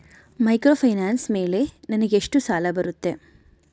Microfinance ಮೇಲೆ ನನಗೆ ಎಷ್ಟು ಸಾಲ ಬರುತ್ತೆ?